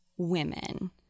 women